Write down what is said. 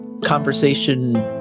conversation